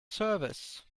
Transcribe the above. service